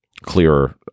clearer